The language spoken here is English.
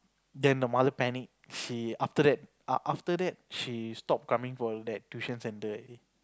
then the mother panic she after that after that she stopped coming for that tuition center already